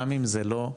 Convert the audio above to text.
גם אם זה לא,